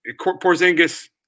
Porzingis